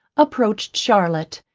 approached charlotte,